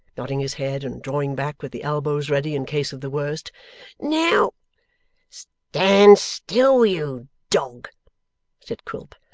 nodding his head and drawing back, with the elbows ready in case of the worst now stand still, you dog said quilp.